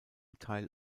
teil